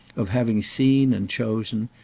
of having seen and chosen,